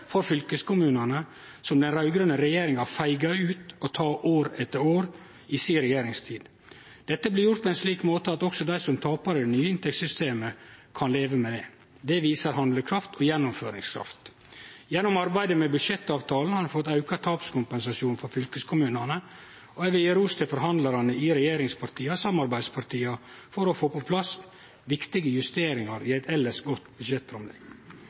for fylkeskommunane som den raud-grøne regjeringa feiga ut av å ta, år etter år i si regjeringstid. Dette blir gjort på ein slik måte at også dei som tapar i det nye inntektssystemet, kan leve med det. Det viser handlekraft og gjennomføringskraft. Gjennom arbeidet med budsjettavtalen har ein fått auka tapskompensasjonen for fylkeskommunane, og eg vil gje forhandlarane i regjeringspartia og samarbeidspartia ros for å ha fått på plass viktige justeringar i eit elles godt